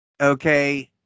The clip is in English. Okay